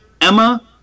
Emma